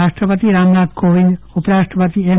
રાષ્ટ્રપતિ રામનાથ કોવિંદ ઉપરાષ્ટ્રપતિ એમ